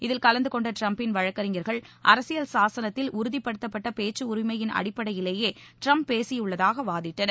இதில் கலந்து கொண்ட டிரம்பின் வழக்கறிஞர்கள் அரசியல் சாசனத்தில் உறுதிபடுத்தப்பட்ட பேச்சு உரிமையின் அடிப்படையிலேயே டிரம்ப் பேசியுள்ளதாக வாதிட்டனர்